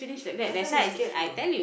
last time he scared know